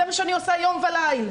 זה מה שאני עושה יום ולילה.